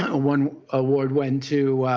one award went to